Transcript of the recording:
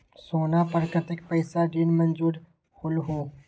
सोना पर कतेक पैसा ऋण मंजूर होलहु?